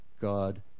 God